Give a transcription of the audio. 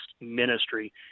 ministry